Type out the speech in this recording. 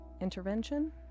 intervention